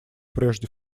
прежде